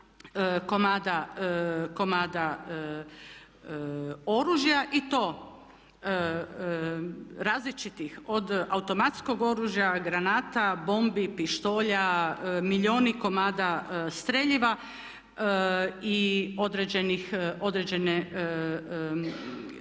komada oružja i to različitih od automatskog oružja, granata, bombi, pištolja, milijuni komada streljiva i određenog